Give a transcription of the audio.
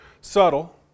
subtle